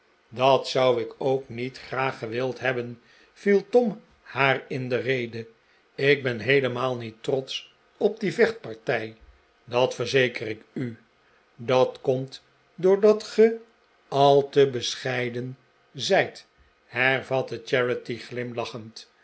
dat zou ik ook niet graag gewild hebben viel tom haar in de rede ik ben heelemaal niet trotsch op die vechtpartij dat verzeker ik u dat komt doordat ge al te bescheiden zijt hervatte charity